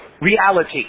reality